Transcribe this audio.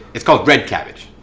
its called red cabbage.